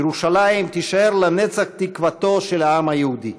ירושלים תישאר לנצח תקוותו של העם היהודי.